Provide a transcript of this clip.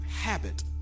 habit